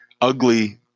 ugly